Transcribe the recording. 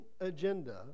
agenda